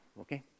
Okay